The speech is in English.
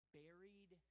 buried